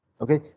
Okay